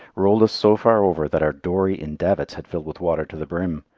rolled us so far over that our dory in davits had filled with water to the brim.